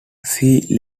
see